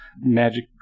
magic